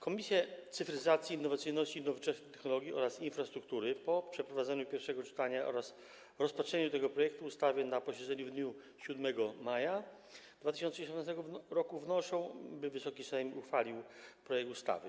Komisja Cyfryzacji, Innowacyjności i Nowoczesnych Technologii oraz Komisja Infrastruktury po przeprowadzeniu pierwszego czytania oraz rozpatrzeniu tego projektu ustawy na posiedzeniu w dniu 7 maja 2018 r. wnoszą, by Wysoki Sejm uchwalił projekt ustawy.